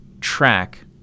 track